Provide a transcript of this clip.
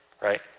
right